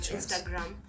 Instagram